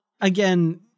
again